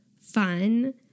fun